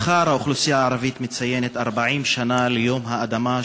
מחר האוכלוסייה הערבית מציינת 40 שנה ליום האדמה,